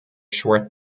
short